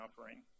offering